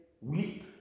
weep